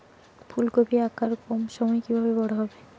ফুলকপির আকার কম সময়ে কিভাবে বড় হবে?